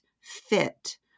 fit